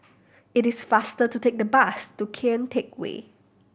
it is faster to take the bus to Kian Teck Way